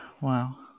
wow